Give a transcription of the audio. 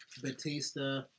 Batista